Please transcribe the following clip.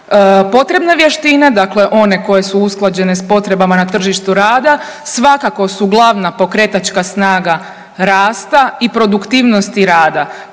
Potrebne vještine, dakle one koje su usklađene sa potrebama na tržištu rada svakako su glavna pokretačka snaga rasta i produktivnosti rada,